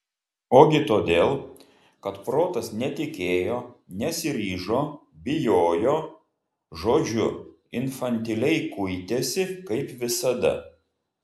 ogi todėl kad protas netikėjo nesiryžo bijojo žodžiu infantiliai kuitėsi kaip visada